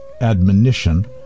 admonition